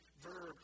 verb